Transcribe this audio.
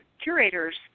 curators